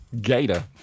gator